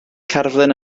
cerflun